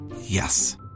Yes